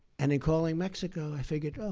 and in calling mexico, i figured, oh,